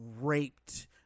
raped